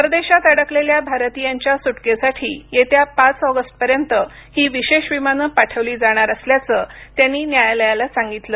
परदेशात अडकलेल्या भारतीयांच्या सुटकेसाठी येत्या पाच ऑगस्ट पर्यंत ही विशेष विमानं पाठवली जाणार असल्याचं त्यांनी न्यायालयाला सांगितलं